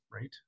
right